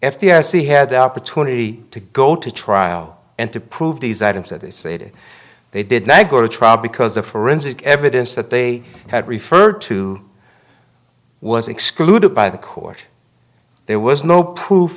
c had the opportunity to go to trial and to prove these items that they say they did not go to trial because the forensic evidence that they had referred to was excluded by the court there was no proof